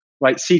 right